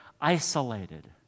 isolated